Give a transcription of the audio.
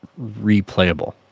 replayable